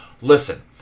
Listen